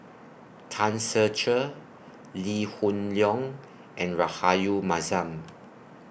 Tan Ser Cher Lee Hoon Leong and Rahayu Mahzam